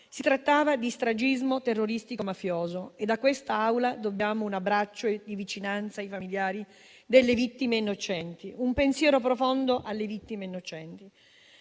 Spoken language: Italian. Si trattava di stragismo terroristico-mafioso e da questa Aula dobbiamo mandare un abbraccio di vicinanza ai familiari e un pensiero profondo alle vittime innocenti.